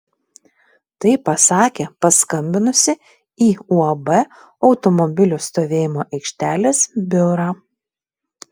tai pasakė paskambinusi į uab automobilių stovėjimo aikštelės biurą